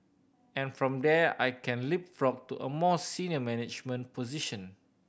and from there I can leapfrog to a more senior management position